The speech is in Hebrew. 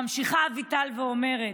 ממשיכה אביטל ואומרת: